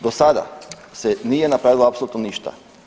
Do sada se nije napravilo apsolutno ništa.